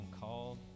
called